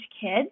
kids